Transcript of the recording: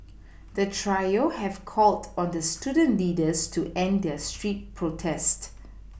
the trio have called on the student leaders to end their street protest